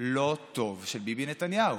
לא טוב של ביבי נתניהו.